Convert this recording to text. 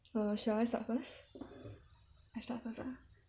uh shall I start first I start first ah